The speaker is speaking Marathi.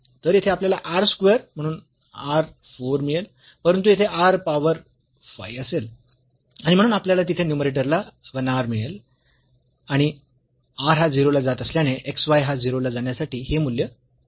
तर येथे आपल्याला r स्क्वेअर म्हणून r 4 मिळेल परंतु तिथे r पॉवर 5 असेल आणि म्हणून आपल्याला तिथे न्यूमरेटर ला 1 r मिळेल आणि r हा 0 ला जात असल्याने xy हा 0 ला जाण्यासाठी हे मूल्य 0 असेल